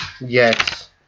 Yes